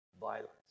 Violence